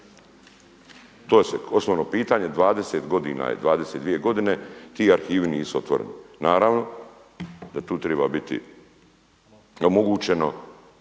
To je osnovno pitanje. 20 godina je, 22 godine ti arhivi nisu otvoreni. Naravno da tu triba biti omogućeno